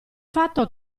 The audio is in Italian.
fatto